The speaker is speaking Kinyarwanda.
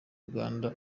uganda